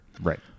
right